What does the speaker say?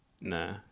Nah